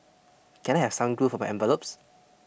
can I have some glue for my envelopes